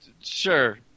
Sure